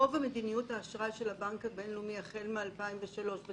מדיניות האשראי של הבנק הבינלאומי החל מ-2003 היא